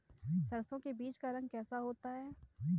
सरसों के बीज का रंग कैसा होता है?